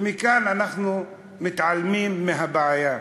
וכאן אנחנו מתעלמים מהבעיה.